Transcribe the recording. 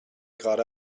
gerade